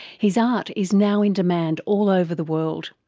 his art is now in demand all over the world.